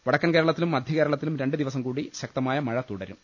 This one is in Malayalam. വടക്കൻ കേരളത്തിലും മധ്യകേരള ത്തിലും രണ്ട് ദിവസം കൂടി ശക്തമായ മഴ തുടരും